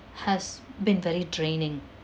has been very draining